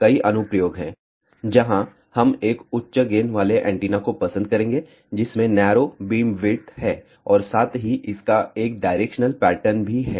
कई अनुप्रयोग हैं जहां हम एक उच्च गेन वाले एंटीना को पसंद करेंगे जिसमें नैरो बीमविड्थ है और साथ ही इसका एक डायरेक्शनल पैटर्न भी है